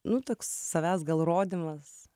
nu toks savęs gal rodymas